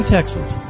Texas